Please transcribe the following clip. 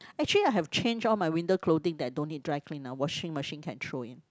actually I have changed all my winter clothing that don't need dry clean ah washing machine can throw in